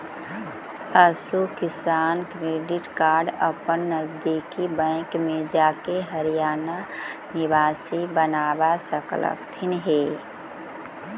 पशु किसान credit card अपन नजदीकी बैंक में जाके हरियाणा निवासी बनवा सकलथीन हे